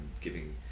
giving